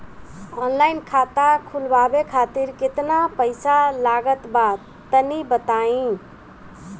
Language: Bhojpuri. ऑनलाइन खाता खूलवावे खातिर केतना पईसा लागत बा तनि बताईं?